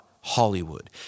Hollywood